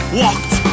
walked